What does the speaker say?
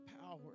power